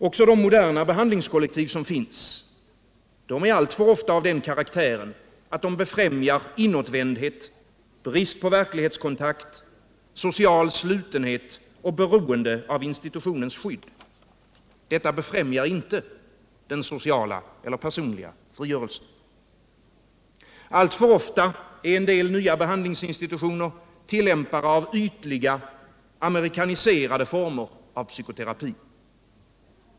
Också de moderna behandlingskollektiv som finns är alltför ofta av den karaktären att de befrämjar inåtvändhet, brist på verklighetskontakt, social slutenhet och beroende av institutionens skydd. Detta befrämjar inte den sociala eller personliga frigörelsen. Alltför ofta är en del nya behandlingsinstitutioner tillämpare av ytliga, amerikaniserade former av psykoterapi.